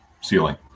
ceiling